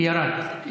הוא ירד.